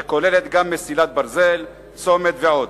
שכוללת גם מסילת ברזל, צומת ועוד,